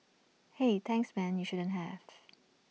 hey thanks man you shouldn't have